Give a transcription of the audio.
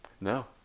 No